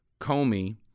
Comey